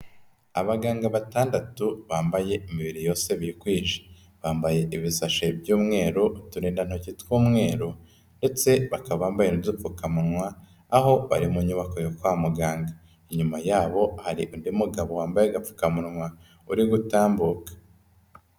Abaganga batandatu bambaye imibiri yose bikwije, bambaye ibisashe by'umweru, uturindantoki tw'umweru ndetse bakaba bambaye n'udupfukamuwa aho bari mu nyubako yo kwa muganga, inyuma yabo hari undi mugabo wambaye agapfukamunwa uri gutambuka.